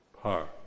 Park